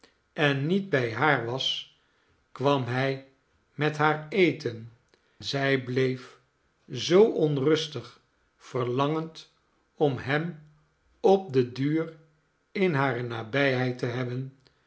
en niet bij haar was kwam hij met haar eten zij bleef zoo onrustig verlangend om hem op den duur in hare nabijheid te hebben